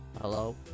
Hello